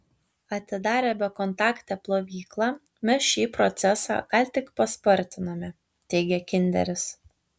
atidarę bekontaktę plovyklą mes šį procesą gal tik paspartinome teigia kinderis